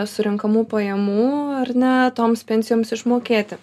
surenkamų pajamų ar ne toms pensijoms išmokėti